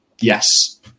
Yes